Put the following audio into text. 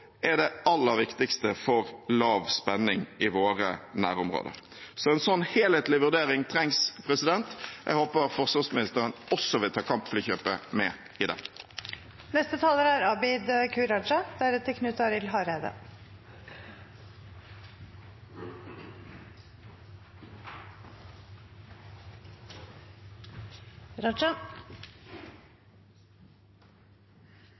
er det aller viktigste for lav spenning i våre nærområder, så en slik helhetlig vurdering trengs. Jeg håper forsvarsministeren også vil ta kampflykjøpet med i